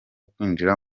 kwinjira